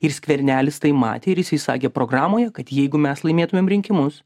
ir skvernelis tai matė ir jisai sakė programoje kad jeigu mes laimėtumėm rinkimus